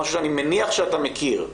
משהו שאני מניח שאתה מכיר.